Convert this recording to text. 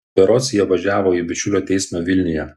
berods jie važiavo į bičiulio teismą vilniuje